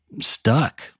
stuck